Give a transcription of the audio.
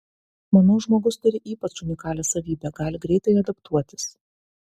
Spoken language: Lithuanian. manau žmogus turi ypač unikalią savybę gali greitai adaptuotis